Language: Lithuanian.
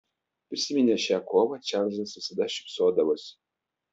prisiminęs šią kovą čarlzas visada šypsodavosi